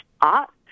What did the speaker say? art